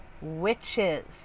witches